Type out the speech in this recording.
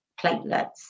platelets